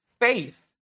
faith